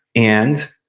and